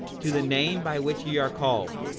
to the name by which ye are called,